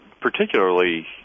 particularly